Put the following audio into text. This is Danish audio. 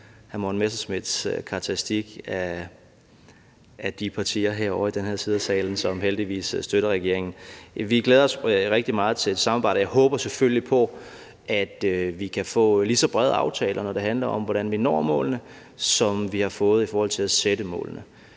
hr. Morten Messerschmidts karakteristik af de partier herovre i den her side af salen, som heldigvis støtter regeringen. Vi glæder os rigtig meget til et samarbejde, og jeg håber selvfølgelig på, at vi kan få lige så brede aftaler, når det handler om, hvordan vi når målene, som vi har fået i forhold til at sætte målene,